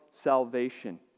salvation